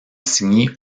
signé